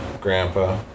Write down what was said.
Grandpa